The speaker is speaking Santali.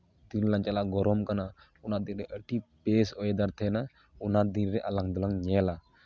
ᱛᱤᱨᱮᱞᱟᱝ ᱪᱟᱞᱟᱜᱼᱟ ᱜᱚᱨᱚᱢ ᱠᱟᱱᱟ ᱚᱱᱟ ᱫᱤᱱᱨᱮ ᱟᱹᱰᱤ ᱵᱮᱥ ᱳᱭᱮᱫᱟᱨ ᱛᱟᱦᱮᱱᱟ ᱚᱱᱟ ᱫᱤᱱᱨᱮ ᱟᱞᱟᱝ ᱫᱚᱞᱟᱝ ᱧᱮᱞᱟ